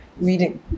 reading